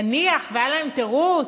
נניח שהיה להם תירוץ,